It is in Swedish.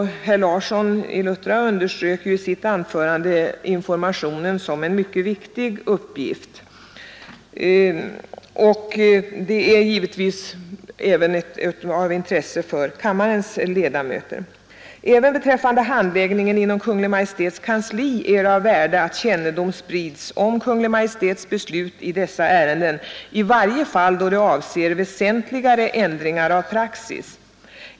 Herr Larsson i Luttra underströk ju i sitt anförande informationen som en mycket viktig uppgift, som givetvis är av intresse också för kammarens ledamöter. Även beträffande handläggningen inom Kungl. Maj:ts kansli är det av värde att kännedom sprids om Kungl. Maj:ts beslut i dessa ärenden — i varje fall då de avser väsentligare ändringar av praxis.